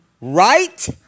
Right